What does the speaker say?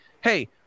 hey